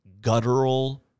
guttural